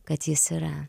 kad jis yra